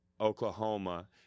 Oklahoma